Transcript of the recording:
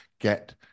get